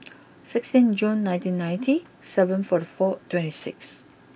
sixteen June nineteen ninety seven forty four twenty six